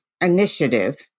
Initiative